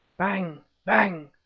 bang! bang!